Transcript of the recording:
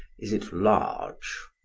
is it large?